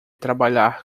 trabalhar